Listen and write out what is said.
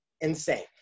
Insane